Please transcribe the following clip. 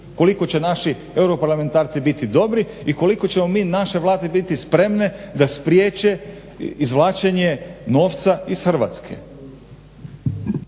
koliko će naši europarlamentarci biti dobri i koliko ćemo mi, naše vlade biti spremne da spriječe izvlačenje novca iz Hrvatske.